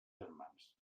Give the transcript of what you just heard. germans